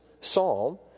psalm